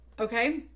okay